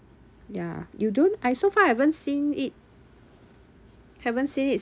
ya you don't I so far I haven't seen it haven't seen it